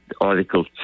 Article